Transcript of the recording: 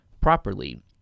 properly